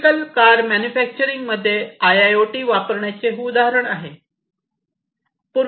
typical car मॅन्युफॅक्चरिंगमध्ये IIoT वापरण्याचे हे उदाहरण आहे